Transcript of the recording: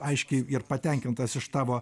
aiškiai ir patenkintas iš tavo